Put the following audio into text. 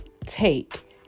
take